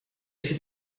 schi